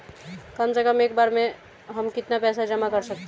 कम से कम एक बार में हम कितना पैसा जमा कर सकते हैं?